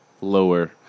lower